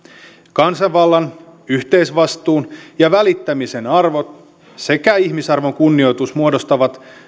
kansanvallan yhteisvastuun ja välittämisen arvot sekä ihmisarvon kunnioitus muodostavat